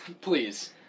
Please